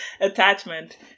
attachment